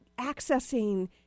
accessing